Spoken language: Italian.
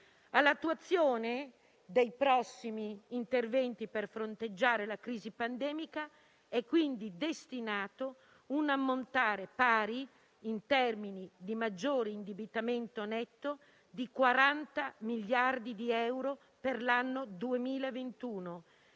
All'attuazione dei prossimi interventi per fronteggiare la crisi pandemica è quindi destinato un ammontare, in termini di maggiore indebitamento netto, pari a 40 miliardi di euro per l'anno 2021,